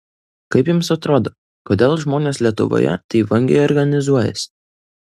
kaip jums atrodo kodėl žmonės lietuvoje taip vangiai organizuojasi